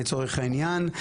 לצורך העניין,